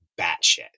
batshit